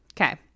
Okay